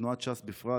ותנועת ש"ס בפרט,